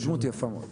זה התקדמות יפה מאוד.